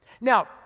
Now